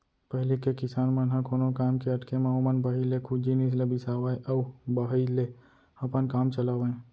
पहिली के किसान मन ह कोनो काम के अटके म ओमन बाहिर ले कुछ जिनिस ल बिसावय अउ बाहिर ले अपन काम चलावयँ